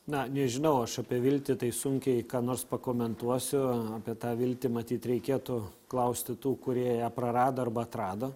na nežinau aš apie viltį tai sunkiai ką nors pakomentuosiu apie tą viltį matyt reikėtų klausti tų kurie ją prarado arba atrado